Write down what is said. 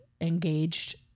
engaged